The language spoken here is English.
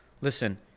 Listen